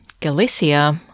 Galicia